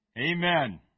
Amen